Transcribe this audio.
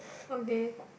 okay